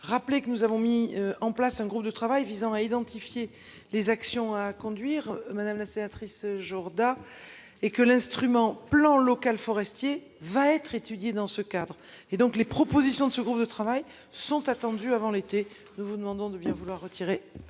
rappeler que nous avons mis en place un groupe de travail visant identifier les actions à conduire, madame la sénatrice Jourda est que l'instrument plan local forestier va être étudiée dans ce cadre et donc les propositions de ce groupe de travail sont attendues avant l'été. Nous vous demandons de bien vouloir retirer